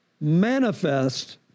manifest